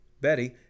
Betty